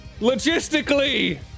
logistically